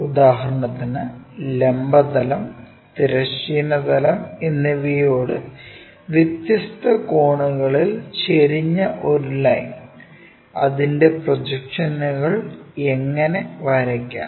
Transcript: ഉദാഹരണത്തിന് ലംബ തലം തിരശ്ചീന തലം plane എന്നിവയോട് വ്യത്യസ്ത കോണുകളിൽ ചെരിഞ്ഞ ഒരു ലൈൻ അതിന്റെ പ്രൊജക്ഷനുകൾ എങ്ങനെ വരയ്ക്കാം